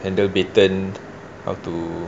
end the beaten how too